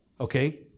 Okay